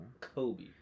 kobe